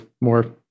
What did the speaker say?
more